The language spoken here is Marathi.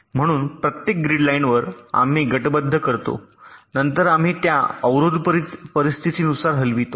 म्हणून प्रत्येक ग्रीड लाइनवर आम्ही गटबद्ध करतो नंतर आम्ही त्या अवरोध परिस्थितीनुसार हलवितो